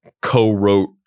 co-wrote